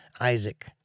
Isaac